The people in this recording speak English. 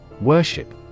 Worship